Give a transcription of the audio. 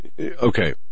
okay